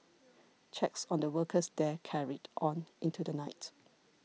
checks on the workers there carried on into the night